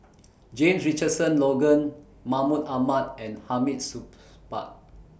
James Richardson Logan Mahmud Ahmad and Hamid Supaat